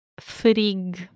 Frig